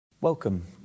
Welcome